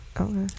Okay